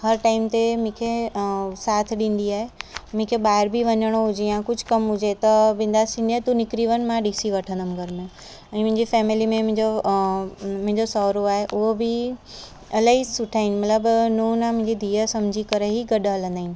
हर टाइम ते मूंखे साथ ॾींदी आहे मुखे ॿाहिरि बि वञिणो हुजे आहे या कुझु कमु हुजे त वेंदासी न तूं निकरी वञु मां ॾिसी वठंदमि घर में ऐं मुंहिंजी फैमिली में मुंहिंजो मुंहिंजो सहुरो आहे उहो बि इलाही सुठा आहिनि मतिलबु नुंहुं न मुंहिंजी धीउ सम्झी करे ई गॾु हलंदा आहिनि